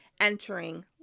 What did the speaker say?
entering